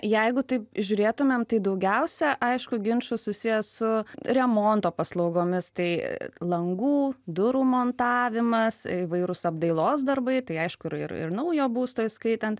jeigu taip žiūrėtumėm tai daugiausia aišku ginčų susiję su remonto paslaugomis tai langų durų montavimas įvairūs apdailos darbai tai aišku ir ir ir naujo būsto įskaitant